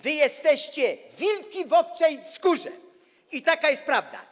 Wy jesteście wilki w owczej skórze, taka jest prawda.